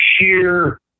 sheer